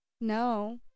no